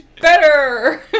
better